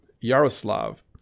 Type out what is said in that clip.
Yaroslav